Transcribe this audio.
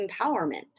empowerment